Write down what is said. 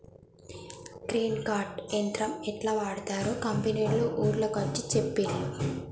grain cart యంత్రం యెట్లా వాడ్తరో కంపెనోళ్లు ఊర్ల కొచ్చి చూపించిన్లు